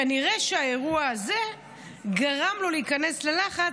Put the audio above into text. כנראה שהאירוע הזה גרם לו להיכנס ללחץ,